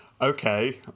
Okay